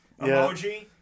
emoji